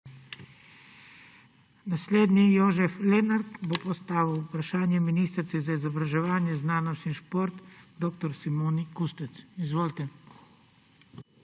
Lidija Divjak Mirnik bo postavila vprašanje ministrici za izobraževanje, znanost in šport dr. Simoni Kustec. Izvolite.